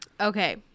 Okay